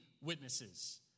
witnesses